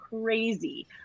crazy